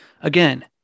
Again